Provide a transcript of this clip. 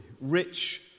rich